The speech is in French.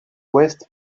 ouest